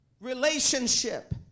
relationship